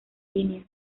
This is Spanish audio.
línea